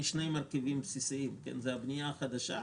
משני מרכיבים בסיסיים: הבנייה החדשה,